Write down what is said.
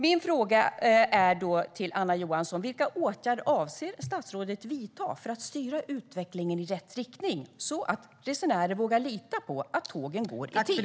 Min fråga till Anna Johansson är: Vilka åtgärder avser statsrådet att vidta för att styra utvecklingen i rätt riktning så att resenärer vågar lita på att tågen går i tid?